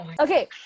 Okay